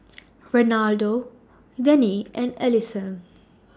Reynaldo Dennie and Alisson